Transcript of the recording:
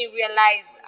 realize